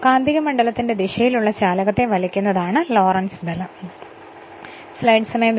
കാന്തികമണ്ഡലത്തിന്റെ ദിശയിലുള്ള ചാലകത്തെ വലിക്കുന്നതാണ് ലോറന്റ്സ് ബലം